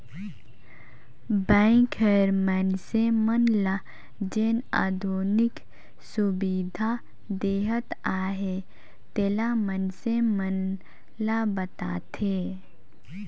bank हर मइनसे मन ल जेन आधुनिक सुबिधा देहत अहे तेला मइनसे मन ल बताथे